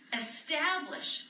establish